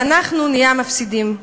ואנחנו נהיה המפסידים.